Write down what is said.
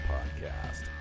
Podcast